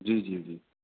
جی جی جی